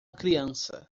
criança